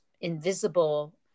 invisible